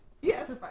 Yes